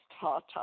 Tata